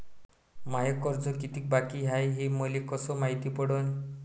माय कर्ज कितीक बाकी हाय, हे मले कस मायती पडन?